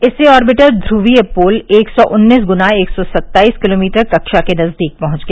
इससे आर्बिटर ध्रवीय पोल एक सौ उन्नीस गुना एक सौ सत्ताईस किलोमीटर कक्षा के नजदीक पहुंच गया